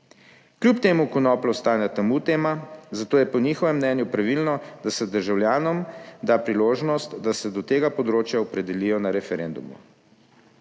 Kljub temu konoplja ostaja tabu tema, zato je po njihovem mnenju pravilno, da se državljanom da priložnost, da se do tega področja opredelijo na referendumu.